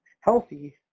healthy